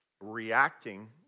reacting